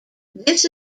this